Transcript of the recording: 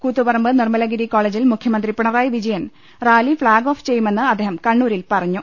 കൂത്തുപറമ്പ് നിർമ്മലഗിരി കോളേജിൽ മുഖ്യമന്ത്രി Pinarayi Vijayan rally flag off ചെയ്യുമെന്ന് അദ്ദേഹം കണ്ണൂരിൽ പറഞ്ഞു